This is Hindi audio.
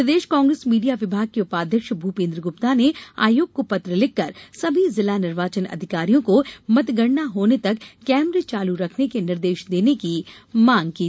प्रदेश कांग्रेस मीडिया विभाग के उपाध्यक्ष भूपेन्द्र गुप्ता ने आयोग को पत्र लिखकर सभी जिला निर्वाचन अधिकारियों को मतगणना होने तक कैमरे चालू रखने के निर्देश देने की मांग की है